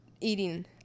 eating